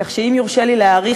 כך שאם יורשה לי להעריך,